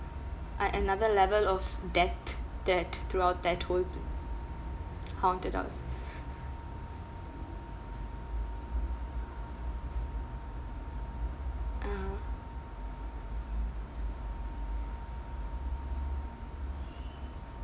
uh another level of that that throughout that whole haunted house (uh huh)